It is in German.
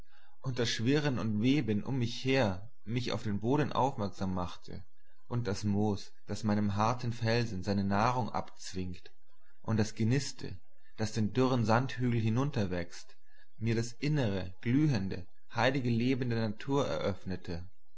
und das schwirren und weben um mich her mich auf den boden aufmerksam machte und das moos das meinem harten felsen seine nahrung abzwingt und das geniste das den dürren sandhügel hinunter wächst mir das innere glühende heilige leben der natur eröffnete